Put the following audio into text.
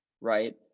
right